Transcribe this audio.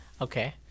Okay